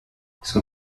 son